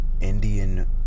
Indian